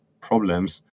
problems